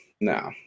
no